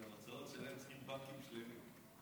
בשבילם צריך בנקים שלמים.